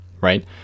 right